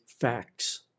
facts